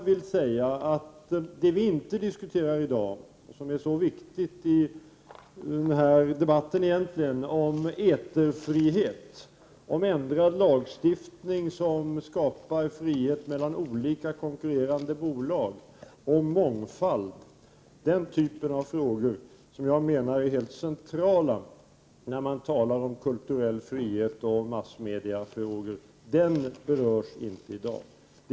Vi diskuterar i dag inte eterfriheten, som är mycket viktig, eller en ändrad lagstiftning som skapar frihet mellan olika konkurrerande bolag och mångfald. Den typ av frågor som är centrala när man diskuterar kulturell frihet och massmedia berörs inte i dag.